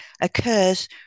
occurs